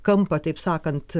kampą taip sakant